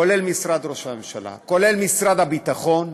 כולל משרד ראש הממשלה וכולל משרד הביטחון,